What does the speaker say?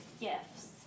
gifts